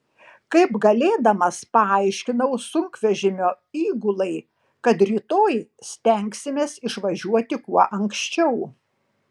kaip galėdamas paaiškinau sunkvežimio įgulai kad rytoj stengsimės išvažiuoti kuo anksčiau